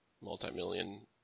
multi-million